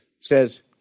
says